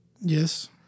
Yes